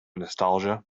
nostalgia